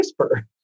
CRISPR